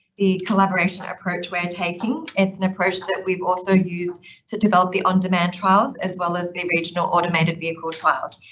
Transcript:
the collaboration approach we're taking. it's an approach that we've also used to develop the on demand trials as well as the regional automated vehicle trials.